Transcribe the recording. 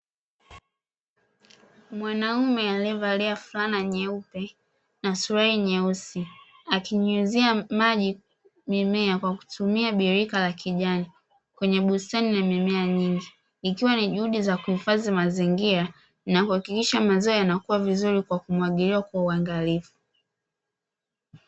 Mwanaume aliye valia fulana nyeupe na suruali nyeusi, akinyuzia maji mimea kwa kutumia birika la kijani kwenye bustani yenye mimea mengi, ikiwa ni juhudu za kuhifadhi mazingira na kuhakikisha mazao yanakuwa vizuri kwa kumwagiliwa kwa uwangalifu.